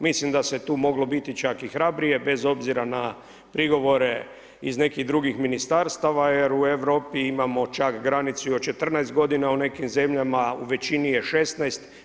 Mislim da se tu moglo ići čak i hrabrije bez obzira na prigovore iz nekih drugih ministarstava, jer u Europi imamo čak granicu i od 14 godina u nekim zemljama u većini je 16.